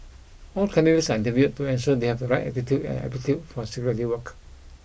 all candidates are interviewed to ensure they have right attitude and aptitude for security work